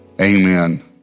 amen